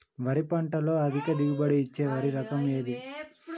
వరి పంట లో అధిక దిగుబడి ఇచ్చే వరి రకం ఏది?